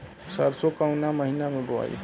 सरसो काउना महीना मे बोआई?